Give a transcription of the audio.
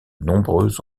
nombreuses